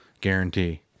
guarantee